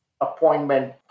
appointment